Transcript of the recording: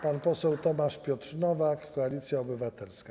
Pan poseł Tomasz Piotr Nowak, Koalicja Obywatelska.